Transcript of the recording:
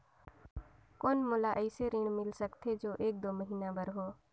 कौन मोला अइसे ऋण मिल सकथे जो एक दो महीना बर हो?